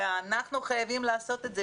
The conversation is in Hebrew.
אנחנו חייבים לעשות את זה,